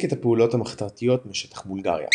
את הפעולות המחתרתיות משטח בולגריה.